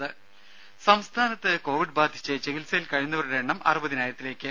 ദ്ദേ സംസ്ഥാനത്ത് കോവിഡ് ബാധിച്ച് ചികിത്സയിൽ കഴിയുന്നവരുടെ എണ്ണം അറുപതിനായിരത്തിലേക്ക്